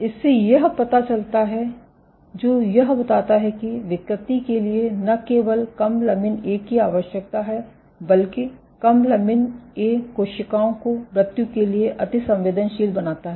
इससे यह पता चलता है जो यह बताता है कि विकृति के लिए न केवल कम लमिन ए की आवश्यकता है बल्कि कम लमिन ए कोशिकाओं को मृत्यु के लिए अतिसंवेदनशील बनाता है